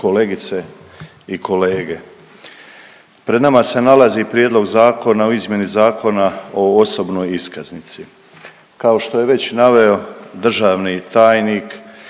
kolegice i kolege. Pred nama se nalazi Prijedlog zakona o izmjeni Zakona o osobnoj iskaznici, kao što je već naveo državni tajnik